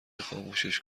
خاموشش